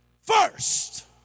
first